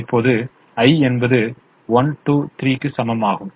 இப்போது i என்பது 1 2 3 க்கு சமமாகும்